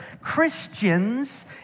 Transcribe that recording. Christians